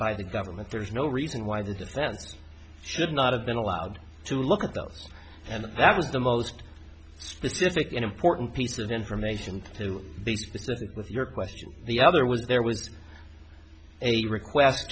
by the government there is no reason why the defense should not have been allowed to look at those and that was the most specific and important piece of information to be specific with your question the other was there was a request